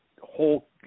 whole